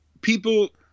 people